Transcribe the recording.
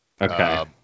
Okay